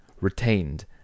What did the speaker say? retained